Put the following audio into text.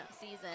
season